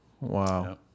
Wow